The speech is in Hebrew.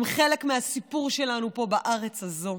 הם חלק מהסיפור שלנו פה בארץ הזו,